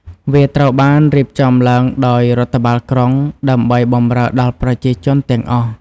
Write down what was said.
វាត្រូវបានរៀបចំឡើងដោយរដ្ឋបាលក្រុង ដើម្បីបម្រើដល់ប្រជាជនទាំងអស់។